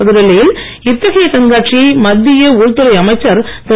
புதுடில்லியில் இத்தகைய கண்காட்சியை மத்திய உள்துறை அமைச்சர் திரு